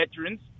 veterans